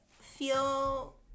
feel